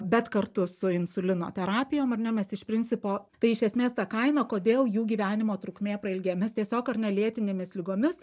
bet kartu su insulino terapijom ar ne mes iš principo tai iš esmės ta kaina kodėl jų gyvenimo trukmė pailgėja mes tiesiog ar ne lėtinėmis ligomis